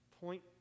point